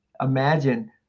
imagine